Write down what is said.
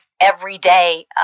everyday